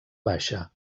baixa